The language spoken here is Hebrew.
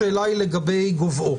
השאלה היא לגבי גובהו.